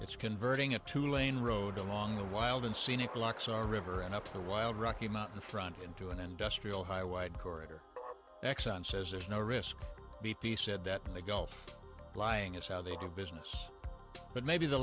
it's converting a two lane road along the wild and scenic locks are river and up the wild rocky mountain front into an industrial high wide corridor exxon says there's no risk of b p said that in the gulf lying is how they do business but maybe the